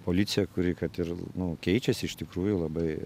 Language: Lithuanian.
policija kuri kad ir nu keičiasi iš tikrųjų labai